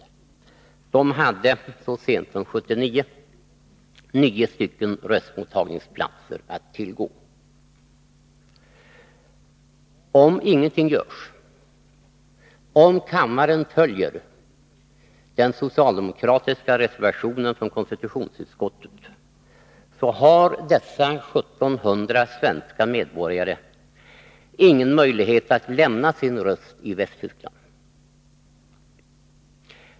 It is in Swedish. De hade så sent som 1979 nio röstmottagningsplatser att tillgå. Om ingenting görs, om kammaren följer den socialdemokratiska reservation som är fogad till konstitutionsutskottets betänkande, har dessa 1700 svenska medborgare ingen möjlighet att lämna sina röster i Västtyskland.